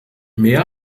mehr